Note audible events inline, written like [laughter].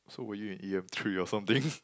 so were you in e_m three or something [laughs]